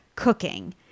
cooking